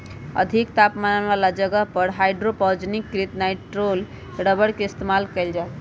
अधिक तापमान वाला जगह पर हाइड्रोजनीकृत नाइट्राइल रबर के इस्तेमाल कइल जा हई